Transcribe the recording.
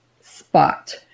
spot